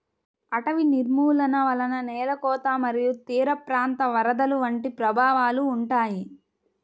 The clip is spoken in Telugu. అటవీ నిర్మూలన వలన నేల కోత మరియు తీరప్రాంత వరదలు వంటి ప్రభావాలు ఉంటాయి